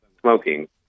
smoking